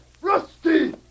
Rusty